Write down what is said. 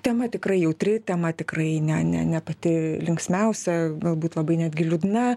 tema tikrai jautri tema tikrai ne ne ne pati linksmiausia galbūt labai netgi liūdna